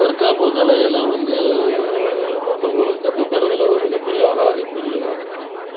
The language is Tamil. தற்காப்புக்கலையில் வந்து மற்றவங்களுக்கு கற்றுத்தர்றதுல தான் மிகப்பெரிய அலாதி பிரியம்